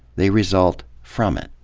they result from it.